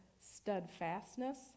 steadfastness